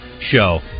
Show